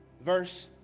verse